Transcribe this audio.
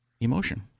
emotion